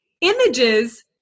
images